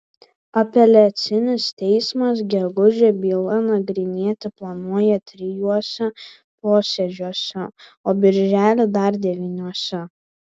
apeliacinis teismas gegužę bylą nagrinėti planuoja trijuose posėdžiuose o birželį dar devyniuose